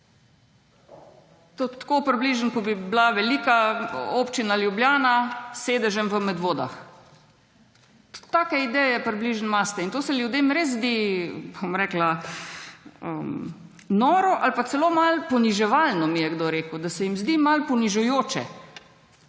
To je približno tako, ko bi bila velika občina Ljubljana s sedežem v Medvodah. Take ideje približno imate. In to se ljudem res zdi, bom rekla, noro ali pa celo malo poniževalno, mi je nekdo rekel, da se jim zdi malo ponižujoče.